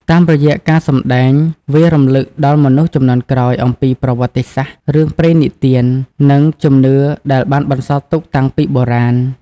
តាមរយៈការសម្ដែង វារំឭកដល់មនុស្សជំនាន់ក្រោយអំពីប្រវត្តិសាស្ត្រ រឿងព្រេងនិទាន និងជំនឿដែលបានបន្សល់ទុកតាំងពីបុរាណ។